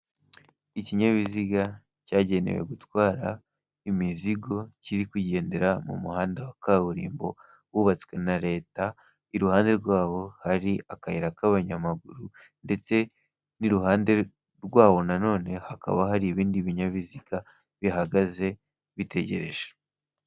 Ikinyabiziga cyagenewe gutwara imizigo kiri kugendera mu muhanda wa kaburimbo wubatswe na leta, i ruhande rwabo hari akayira k'abanyamaguru ndetse n'iruhande rwawo nanone hakaba hari ibindi binyabiziga bihagaze bitegereje.